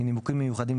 מנימוקים מיוחדים,